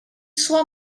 sua